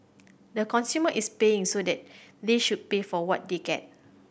the consumer is paying so they they should pay for what they get